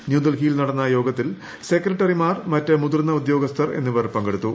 ന്യൂഡൽഹിയിൽ നടന്ന യോഗത്തിൽ സെക്രട്ടറിമാർ മറ്റ് മുതിർന്ന ഉദ്യോഗസ്ഥർ എന്നിവർ പങ്കെടുത്തു